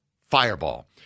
fireball